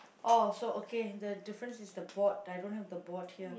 oh so okay the difference is the board I don't have the board here